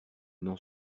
n’en